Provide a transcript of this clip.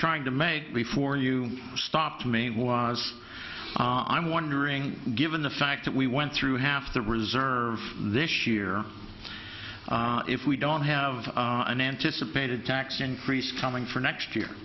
trying to make before you stopped me was i'm wondering given the fact that we went through half the reserve this year if we don't have an anticipated tax increase coming for next year